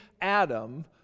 Adam